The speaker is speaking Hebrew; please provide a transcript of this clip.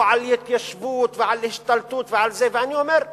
על התיישבות ועל השתלטות ועל זה ואני אומר: